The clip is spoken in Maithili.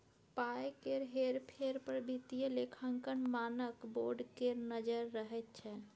पाय केर हेर फेर पर वित्तीय लेखांकन मानक बोर्ड केर नजैर रहैत छै